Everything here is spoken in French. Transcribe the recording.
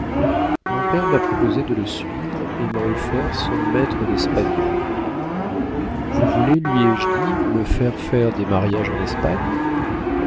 mon père m'a proposé de le suivre et m'a offert son maître d'espagnol vous voulez lui ai-je dit me faire faire des mariages en espagne